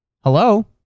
Hello